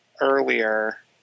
earlier